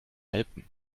alpen